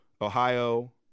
Ohio